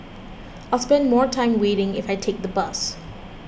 I'll spend more time waiting if I take the bus